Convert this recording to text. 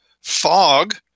fog